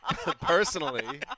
Personally